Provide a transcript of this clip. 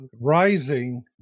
rising